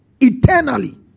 eternally